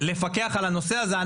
לפקח על הנושא הזה.